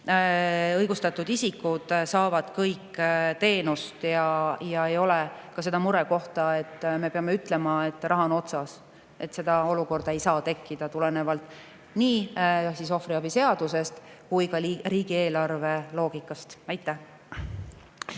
õigustatud isikud saavad kõik teenust ja ei ole ka seda murekohta, et me peame ütlema, et raha on otsas. Seda olukorda ei saa tekkida tulenevalt nii ohvriabi seadusest kui ka riigieelarve loogikast. Aitäh!